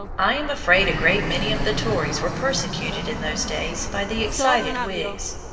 i am afraid a great many of the tories were persecuted in those days by the excited whigs.